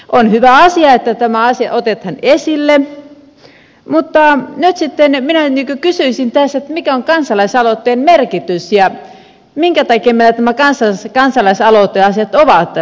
on hyvä asia että tämä asia otetaan esille mutta nyt sitten minä kysyisin tässä että mikä on kansalaisaloitteen merkitys ja minkä takia meillä nämä kansalaisaloiteasiat ovat